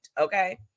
okay